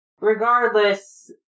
Regardless